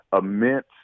immense